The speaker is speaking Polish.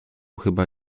chyba